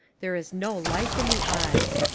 there is no life in the eyes.